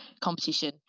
competition